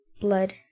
blood